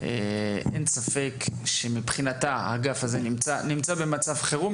אין ספק שמבחינתה האגף הזה נמצא במצב חירום.